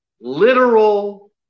literal